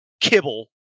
kibble